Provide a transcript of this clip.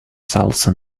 salsa